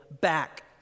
back